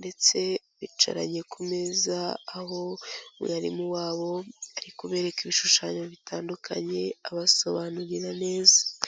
ndetse bicaranye ku meza, aho mwarimu wabo ari kubereka ibishushanyo bitandukanye abasobanurira neza.